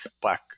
black